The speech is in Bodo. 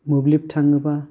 मोब्लिब थाङोबा